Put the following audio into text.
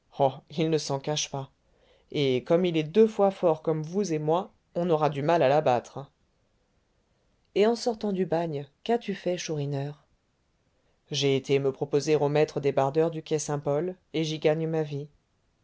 il ne s'en cache pas et comme il est deux fois fort comme vous et moi on aura du mal à l'abattre et en sortant du bagne qu'as-tu fait chourineur j'ai été me proposer au maître débardeur du quai saint-paul et j'y gagne ma vie